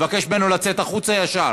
אבקש ממנו לצאת החוצה ישר.